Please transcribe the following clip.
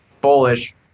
bullish